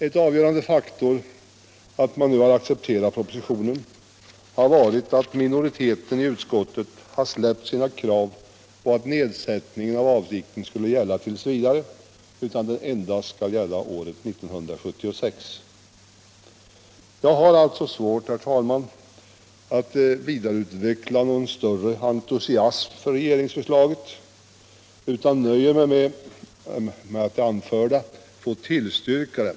En avgörande faktor för att vi har accepterat propositionen har också varit att minoriteten i utskottet har släppt sitt krav att nedsättningen av avgiften skall gälla t.v. och gått med på att den skall gälla endast för år 1976. Jag har alltså svårt att utveckla någon större entusiasm för regeringsförslaget utan nöjer mig med att med det anförda tillstyrka det.